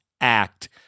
act